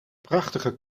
prachtige